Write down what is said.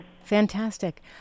Fantastic